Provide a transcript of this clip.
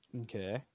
Okay